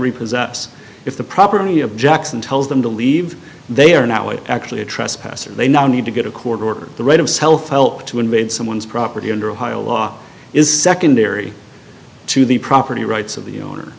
repossess if the property me objects and tells them to leave they are now it actually a trespasser they now need to get a court order the right of self help to invade someone's property under ohio law is secondary to the property rights of the owner